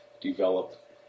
develop